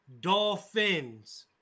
Dolphins